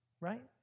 right